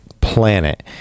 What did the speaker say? planet